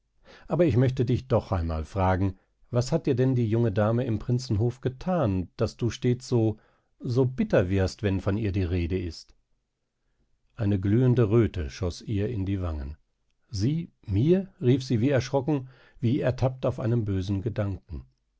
aber ich möchte dich doch einmal fragen was hat dir denn die junge dame im prinzenhof gethan daß du stets so so bitter wirst wenn von ihr die rede ist eine glühende röte schoß ihr in die wangen sie mir rief sie wie erschrocken wie ertappt auf einem bösen gedanken